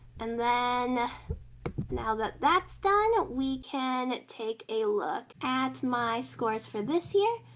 and then now that that's done, we can take a look at my scores for this year,